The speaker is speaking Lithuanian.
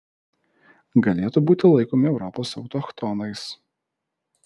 galėtų būti laikomi europos autochtonais